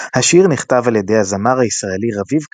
השיר נכתב על ידי הזמר הישראלי רביב כנר,